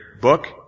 book